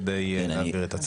כדי להעביר את הצו.